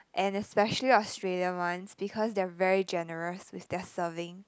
and especially Australia ones because they're very generous with their serving